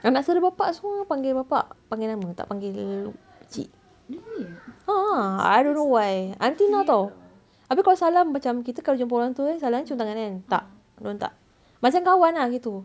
anak saudara bapa semua panggil bapa panggil nama tak panggil cik a'ah I don't know why until now [tau] habis kalau salam macam kita kalau jumpa orang tua kan salam cium tangan kan tak dia orang tak macam kawan lah begitu